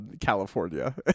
California